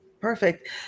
Perfect